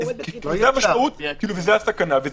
וזו הסכנה.